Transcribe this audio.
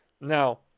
Now